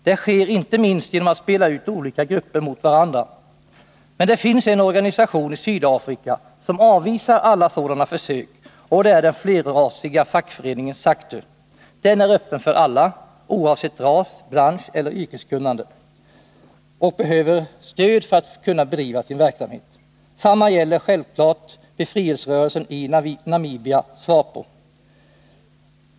Det sker inte minst genom att spela ut olika grupper mot varandra. Men det finns en organisation i Sydafrika som avvisar alla sådana försök, och det är den flerrasiga fackföreningen SACTU. Den är öppen för alla oavsett ras, bransch eller yrkeskunnande, och den behöver stöd för att kunna bedriva sin verksamhet. Detsamma gäller självfallet befrielserörelsen SWAPO i Namibia.